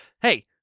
hey